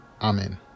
Amen